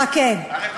הרווחה?